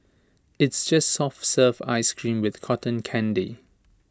it's just soft serve Ice Cream with Cotton Candy